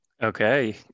Okay